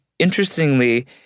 Interestingly